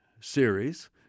series